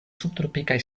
subtropikaj